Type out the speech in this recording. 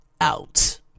out